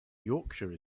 yorkshire